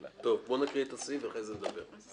טוב, בוא נקריא את הסעיף ואחר כך נדבר.